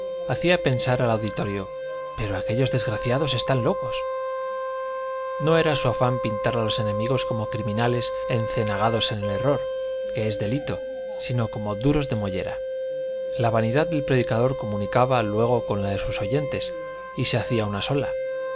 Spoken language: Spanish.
hacía pensar al auditorio pero aquellos desgraciados están locos no era su afán pintar a los enemigos como criminales encenagados en el error que es delito sino como duros de mollera la vanidad del predicador comunicaba luego con la de sus oyentes y se hacía una sola